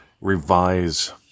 Revise